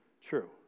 true